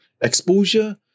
Exposure